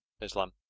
Islam